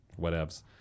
Whatevs